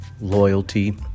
loyalty